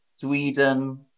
Sweden